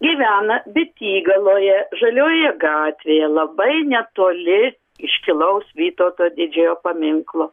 gyvena betygaloje žaliojoje gatvėje labai netoli iškilaus vytauto didžiojo paminklo